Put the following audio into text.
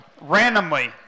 Randomly